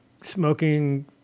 smoking